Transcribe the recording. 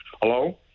Hello